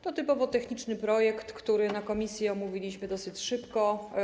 To typowo techniczny projekt, który na posiedzeniu komisji omówiliśmy dosyć szybko.